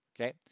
Okay